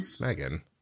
megan